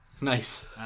Nice